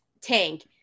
Tank